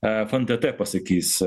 fntt pasakys